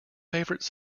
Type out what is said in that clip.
favorite